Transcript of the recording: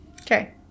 Okay